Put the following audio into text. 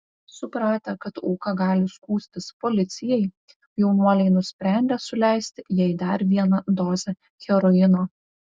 supratę kad auka gali skųstis policijai jaunuoliai nusprendė suleisti jai dar vieną dozę heroino